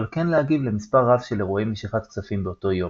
אבל כן להגיב למספר רב של אירועי משיכת כספים באותו יום.